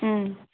ꯎꯝ